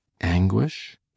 anguish